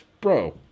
bro